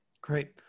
Great